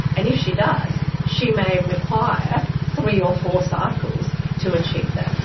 and if she does, she may require three or four cycles to achieve that.